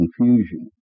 confusion